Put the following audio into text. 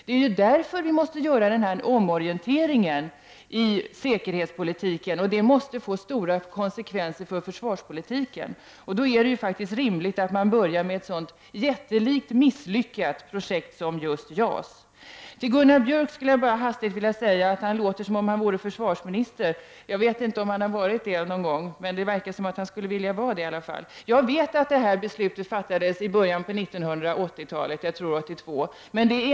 Det är ju därför vi måste göra denna omorientering i säkerhetspolitiken, och det måste få stora konse kvenser för försvarspolitiken. Då är det faktiskt rimligt att man börjar med ett så jättelikt misslyckat projekt som just JAS. Till Gunnar Björk vill jag bara hastigt säga att han låter som om han vore försvarsminister. Jag vet inte om han varit det någon gång, men det verkar i alla fall som om han skulle vilja vara det. Jag vet att det här beslutet fattades i början av 1980-talet, jag tror 1982.